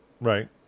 Right